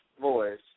voice